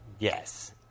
Yes